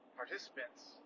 participants